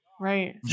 Right